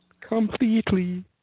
Completely